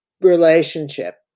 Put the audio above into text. relationship